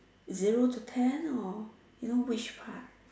zero to ten or you know which part